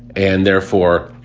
and therefore,